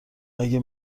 اگه